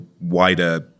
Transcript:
wider